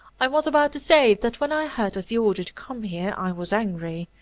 i was about to say that when i heard of the order to come here, i was angry.